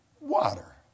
Water